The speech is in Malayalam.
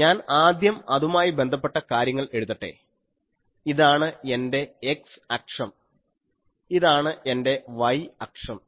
ഞാൻ ആദ്യം അതുമായി ബന്ധപ്പെട്ട കാര്യങ്ങൾ എഴുതട്ടെ ഇതാണ് എന്റെ x അക്ഷം ഇതാണ് എന്റെ y അക്ഷം